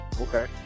okay